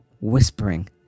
Whispering